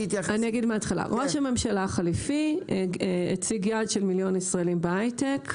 ראש הממשלה החליפי הציג יעד של מיליון ישראלים בהייטק.